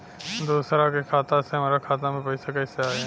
दूसरा के खाता से हमरा खाता में पैसा कैसे आई?